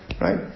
Right